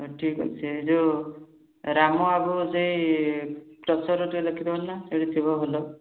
ହଉ ଠିକ୍ ଅଛି ଯେଉଁ ରାମ ବାବୁ ସେଇ କ୍ରସର୍ରୁ ଟିକିଏ ଦେଖି ଦେଉନା ସେଇଠି ଥିବ ଭଲ